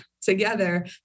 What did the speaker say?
together